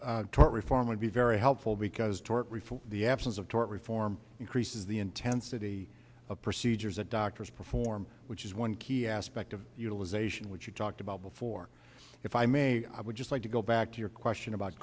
else tort reform would be very helpful because tort reform the absence of tort reform increases the intensity of procedures that doctors perform which is one key aspect of utilization which you talked about before if i may i would just like to go back to your question about